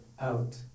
out